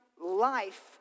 life